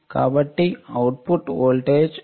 కాబట్టి output voltage VoT 110